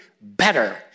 better